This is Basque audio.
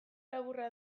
laburra